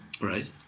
right